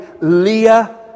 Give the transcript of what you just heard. Leah